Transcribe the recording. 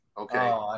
Okay